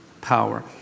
power